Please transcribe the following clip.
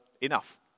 enough